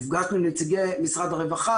נפגשנו עם נציגי משרד הרווחה,